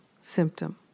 symptom